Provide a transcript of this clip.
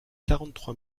quarante